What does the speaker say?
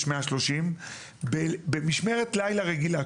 יש 130. במשמרת לילה רגילה,